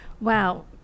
Wow